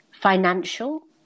financial